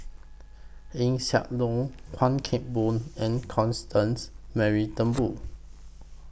Eng Siak Loy Chuan Keng Boon and Constance Mary Turnbull